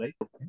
right